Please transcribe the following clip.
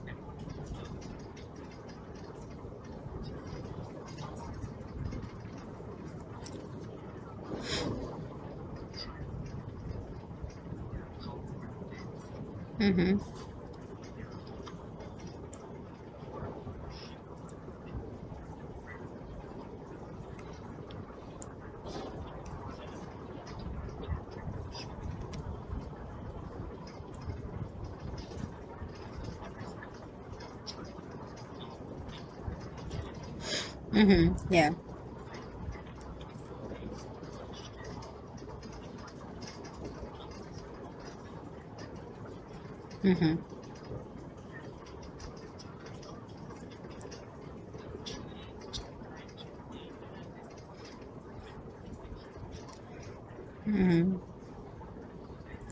mmhmm mmhmm yeah mmhmm mmhmm